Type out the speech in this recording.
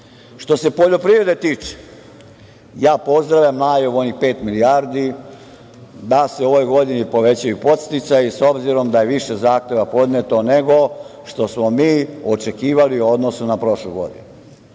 se poljoprivrede tiče, ja pozdravljam najavu onih pet milijardi, da se u ovoj godini povećaju podsticaji, s obzirom da je više zahteva podneto nego što smo mi očekivali u odnosu na prošlu godinu.